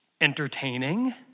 entertaining